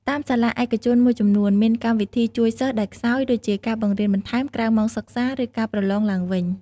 តាមសាលាឯកជនមួយចំនួនមានកម្មវិធីជួយសិស្សដែលខ្សោយ ដូចជា ការបង្រៀនបន្ថែម ក្រៅម៉ោងសិក្សា ឬការប្រឡងឡើងវិញ។